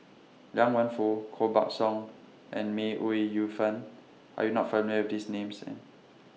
Liang Wenfu Koh Buck Song and May Ooi Yu Fen Are YOU not familiar with These Names